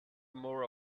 more